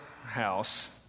house